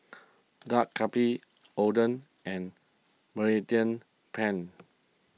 Dak Galbi Oden and Mediterranean Penne